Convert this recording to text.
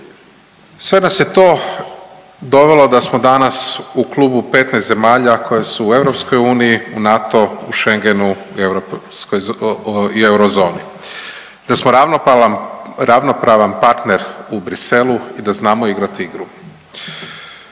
Sve nas je to dovelo da smo danas u klubu 15 zemalja koje su u EU u NATO u Schengenu i eurozoni, da smo ravnopravan partner u Bruxellesu i da znamo igrat igru.